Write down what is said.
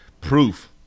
proof